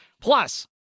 Plus